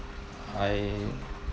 I